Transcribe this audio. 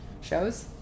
shows